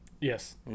yes